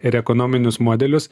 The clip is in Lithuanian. ir ekonominius modelius